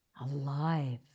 alive